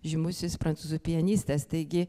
žymusis prancūzų pianistas taigi